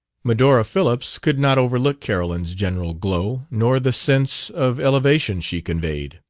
medora phillips could not overlook carolyn's general glow, nor the sense of elevation she conveyed.